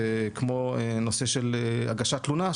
כמו נושא של הגשת תלונה,